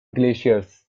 glaciers